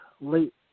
Late